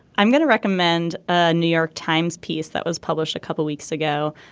i'm going to recommend a new york times piece that was published a couple weeks ago.